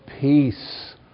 peace